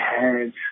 heads